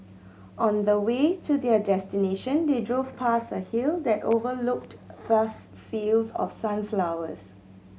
on the way to their destination they drove past a hill that overlooked vast fields of sunflowers